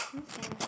okay